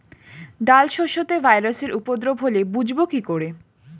ডাল শস্যতে ভাইরাসের উপদ্রব হলে বুঝবো কি করে?